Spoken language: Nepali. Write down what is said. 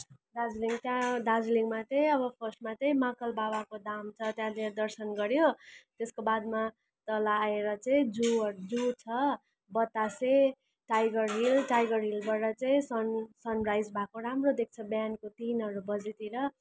दार्जिलिङ त्यहाँ दार्जिलिङमा चाहिँ अब फर्स्टमा चाहिँ महाकाल बाबाको धाम छ त्यहाँनिर दर्शन गऱ्यो त्यसको बादमा तल आएर चाहिँ जू जू छ बतासे टाइगर हिल टाइगर हिलबाट चाहिँ सन् सनराइज भएको राम्रो देख्छ बिहानको तिनहरू बजीतिर